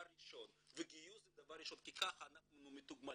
ראשון וגיוס זה דבר ראשון כי כך אנחנו מתוגמלים,